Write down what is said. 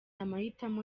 amahitamo